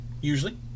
usually